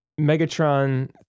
Megatron